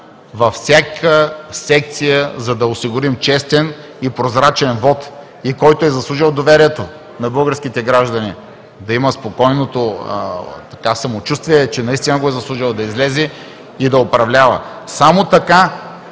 във всяка секция, за да осигурим честен и прозрачен вот и, който е заслужил доверието на българските граждани, да има спокойното самочувствие, че наистина го е заслужил, да излезе и да управлява. Само така